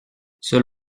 seul